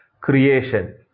creation